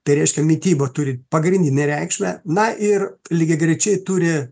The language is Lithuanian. tai reiškia mityba turi pagrindinę reikšmę na ir lygiagrečiai turi